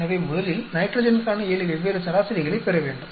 எனவே முதலில் நைட்ரஜனுக்கான 7 வெவ்வேறு சராசரிகளைப் பெற வேண்டும்